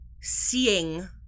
seeing